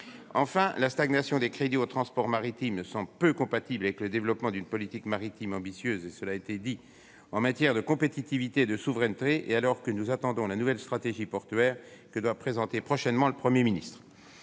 Enfin, la stagnation des crédits consacrés aux transports maritimes semble peu compatible avec le développement d'une politique maritime ambitieuse, cela a été dit, en matière de compétitivité et de souveraineté, et alors que nous attendons la nouvelle stratégie portuaire que doit présenter prochainement le Premier ministre.